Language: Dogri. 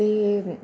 ते